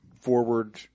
forward